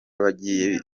bagiye